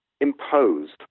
imposed